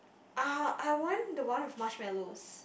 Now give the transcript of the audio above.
ah I want the one with marshmallows